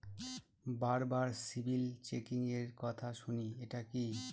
বারবার সিবিল চেকিংএর কথা শুনি এটা কি?